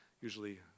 usually